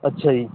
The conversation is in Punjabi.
ਅੱਛਾ ਜੀ